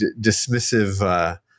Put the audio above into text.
dismissive